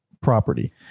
property